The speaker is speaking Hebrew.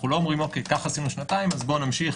אנחנו לא אומרים: ככה עשינו שנתיים אז בואו נמשיך.